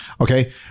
okay